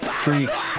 freaks